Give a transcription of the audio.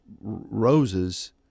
roses